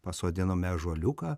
pasodinome ąžuoliuką